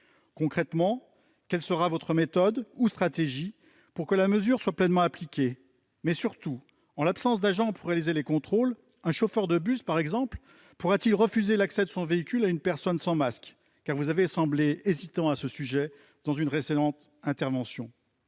Concrètement, quelle sera votre méthode ou stratégie pour que la mesure soit pleinement appliquée ? Mais surtout, en l'absence d'agents pour réaliser les contrôles, un chauffeur de bus, par exemple, pourra-t-il refuser l'accès de son véhicule à une personne sans masque ? Vous avez semblé hésitant à ce sujet dans une précédente intervention.